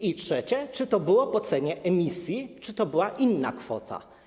I trzecie: Czy to było po cenie emisji, czy to była inna kwota?